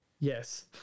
Yes